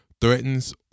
threatens